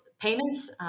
Payments